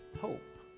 hope